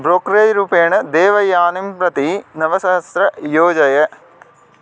brokerage रूपेण देवयानिं प्रति नवसहस्रं योजय